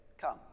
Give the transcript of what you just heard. Come